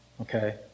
Okay